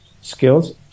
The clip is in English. skills